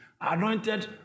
anointed